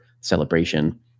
celebration